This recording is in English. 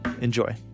Enjoy